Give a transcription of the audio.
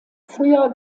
früher